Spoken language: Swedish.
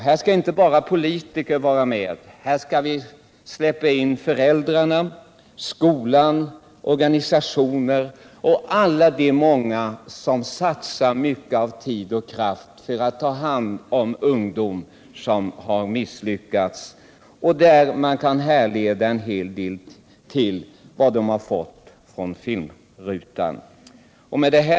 Här skall inte bara politiker vara med utan föräldrar, skola, organisationer och alla de som satsar mycket av tid och kraft för att ta hand om ungdom som har misslyckats, bl.a. på grund av det som de har sett på filmrutan.